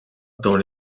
dans